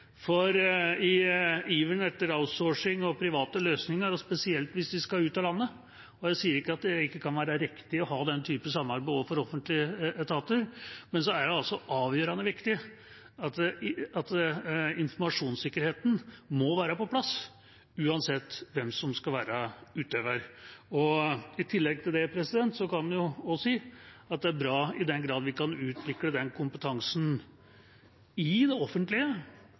kritikkverdig». I iveren etter outsourcing og private løsninger, spesielt hvis de skal ut av landet – og jeg sier ikke at det ikke kan være riktig å ha den type samarbeid også for offentlige etater – er det avgjørende viktig at informasjonssikkerheten er på plass, uansett hvem som skal være utøver. I tillegg kan jeg også si at det er bra i den grad vi kan utvikle den kompetansen i det offentlige